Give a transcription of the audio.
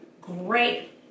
Great